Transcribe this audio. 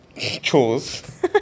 chores